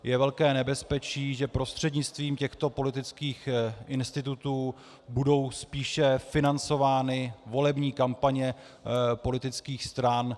Je velké nebezpečí, že prostřednictvím těchto politických institutů budou spíše financovány volební kampaně politických stran.